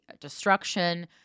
destruction